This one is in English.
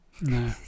no